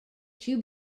two